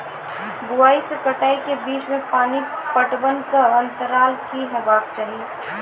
बुआई से कटाई के बीच मे पानि पटबनक अन्तराल की हेबाक चाही?